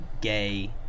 gay